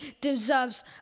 deserves